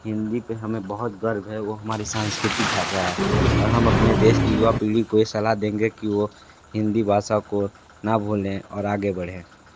हिन्दी पर हमें बहुत गर्व है वह हमारी सांस्स्कृतिक भाषा है और हम अपने देश की युवा पीढ़ी को यह सलाह देंगे की वह हिन्दी भाषा को न भूले और आगे बढ़े